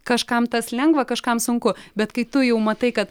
kažkam tas lengva kažkam sunku bet kai tu jau matai kad